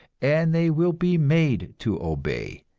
and they will be made to obey,